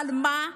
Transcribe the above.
אבל מה?